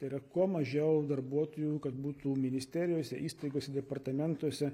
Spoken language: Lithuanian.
tai yra kuo mažiau darbuotojų kad būtų ministerijose įstaigose departamentuose